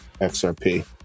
XRP